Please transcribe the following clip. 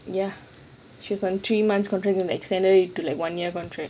ya she was on three months contract then they extended it to like one year contract